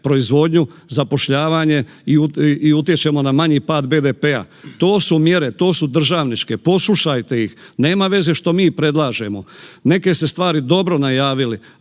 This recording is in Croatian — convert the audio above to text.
proizvodnju, zapošljavanje i utječemo na manji pad BDP-a. To su mjere, to su državničke, poslušajte ih, nema veze što mi predlažemo. Neke ste stvari dobro najavili,